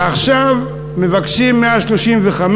ועכשיו מבקשים 135,